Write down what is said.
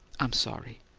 i'm sorry.